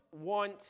want